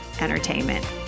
entertainment